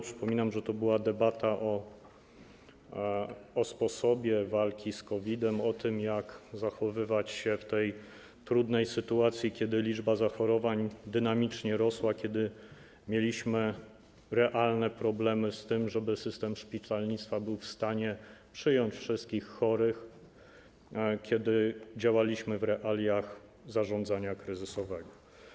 Przypominam, że to była debata o sposobie walki z COVID-em, o tym, jak zachowywać się w tej trudnej sytuacji, kiedy liczba zachorowań dynamicznie rosła, kiedy mieliśmy realne problemy z tym, żeby system szpitalnictwa był w stanie przyjąć wszystkich chorych, kiedy działaliśmy w realiach zarządzania kryzysowego.